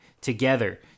Together